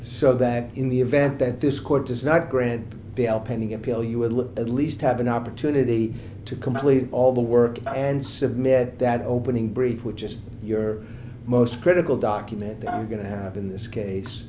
so that in the event that this court does not grant bail pending appeal you would look at least have an opportunity to complete all the work and submit that opening brief which is your most critical document that i'm going to have in this case